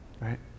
right